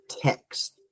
text